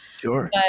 Sure